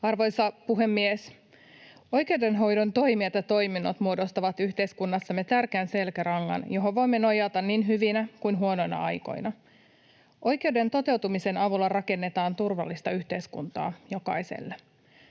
Arvoisa puhemies! Oikeudenhoidon toimijat ja toiminnot muodostavat yhteiskunnassamme tärkeän selkärangan, johon voimme nojata niin hyvinä kuin huonoina aikoina. Oikeuden toteutumisen avulla rakennetaan turvallista yhteiskuntaa jokaiselle.